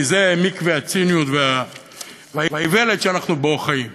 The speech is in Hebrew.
כי זה מקווה הציניות והאיוולת שאנחנו חיים בו.